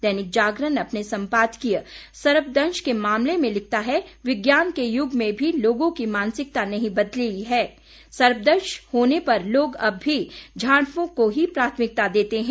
दैनिक जागरण अपने सम्पादकीय सर्पदंश के मामले में लिखता है विज्ञान के युग में भी लोगों की मानसिकता नहीं बदली हैं सर्पदंश होने पर लोग अब भी झाड़ फूंक को ही प्राथमिकता देते हैं